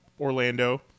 Orlando